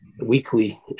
weekly